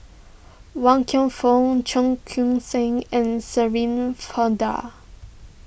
Wan Kam Fook Cheong Koon Seng and Shirin Fozdar